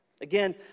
Again